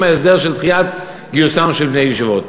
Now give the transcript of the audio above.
ההסדר של דחיית גיוסם של בני הישיבות?